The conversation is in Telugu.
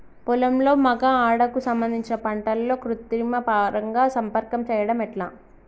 పొలంలో మగ ఆడ కు సంబంధించిన పంటలలో కృత్రిమ పరంగా సంపర్కం చెయ్యడం ఎట్ల?